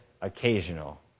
occasional